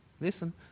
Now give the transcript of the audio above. listen